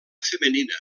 femenina